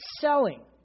Selling